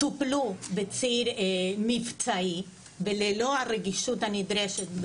טופלו בציר מבצעי וללא הרגישות הנדרשת,